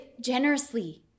generously